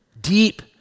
deep